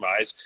eyes